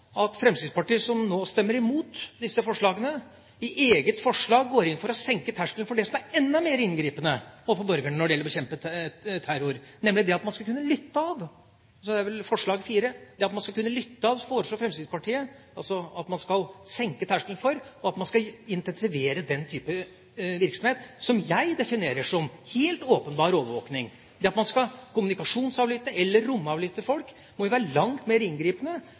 at Fremskrittspartiet, som nå stemmer imot disse forslagene, i eget forslag går inn for å senke terskelen for det som er enda mer inngripende overfor borgerne når det gjelder å bekjempe terror, nemlig det at man skal kunne avlytte. I forslag 4 foreslår Fremskrittspartiet at man skal kunne avlytte, altså at man skal senke terskelen, og at man skal intensivere den type virksomhet som jeg definerer som helt åpenbar overvåking. Det at man skal kommunikasjonsavlytte eller romavlytte folk, må jo være langt mer inngripende